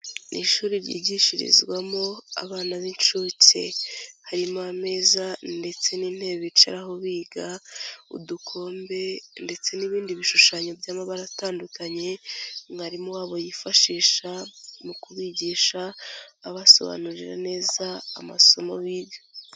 Ishuri ryigishirizwamo abana b'inshuke, harimo ameza ndetse n'intebe bicaraho biga, udukombe ndetse n'ibindi bishushanyo by'amabara atandukanye mwarimu wabo yifashisha mu kubigisha abasobanurira neza amasomo biga.